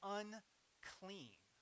unclean